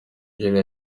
jolly